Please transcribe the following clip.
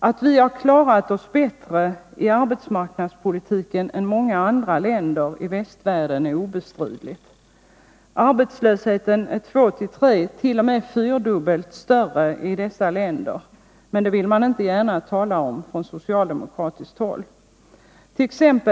Att vi har klarat oss bättre i arbetsmarknadspolitiken än många andra länder i västvärlden är obestridligt. Arbetslösheten är två, tre, t.o.m. fyra gånger större i dessa länder, men det vill socialdemokraterna inte gärna tala om.